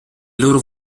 loro